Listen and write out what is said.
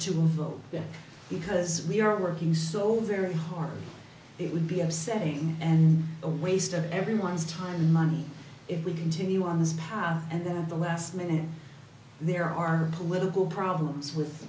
to vote because we are working so very hard it would be upsetting and a waste of everyone's time and money if we continue on this path and then at the last minute there are political problems with